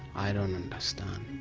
i don't understand,